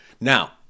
Now